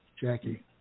Jackie